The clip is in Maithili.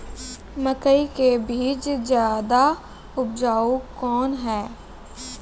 मकई के बीज ज्यादा उपजाऊ कौन है?